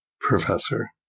professor